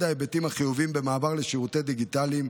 ההיבטים החיוביים במעבר לשירותי דיגיטליים,